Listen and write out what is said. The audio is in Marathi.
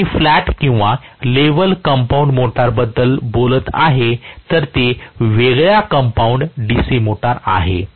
जर मी फ्लॅट किंवा लेव्हल कंपाऊंड मोटर बद्दल बोलत आहे तर ते वेगळ्या कंपाऊंड DC मोटर आहे